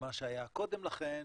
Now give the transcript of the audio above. ממה שהיה קודם לכן